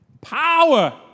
Power